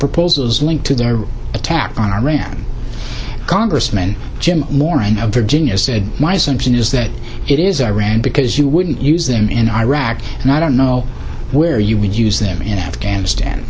proposals link to their attack on iran congressman jim morrison of virginia said my assumption is that it is iran because you wouldn't use them in iraq and i don't know where you would use them in afghanistan